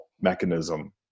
mechanism